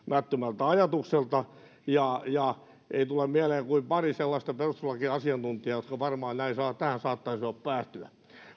ajatukselta ja ja ei tule mieleen kuin pari sellaista perustuslakiasiantuntijaa jotka varmaan tähän saattaisivat päätyä